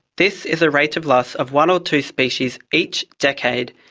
this is a rate of loss of one or two species each decade,